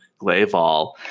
Gleval